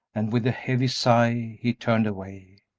and with a heavy sigh he turned away.